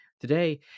Today